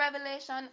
revelation